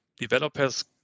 developers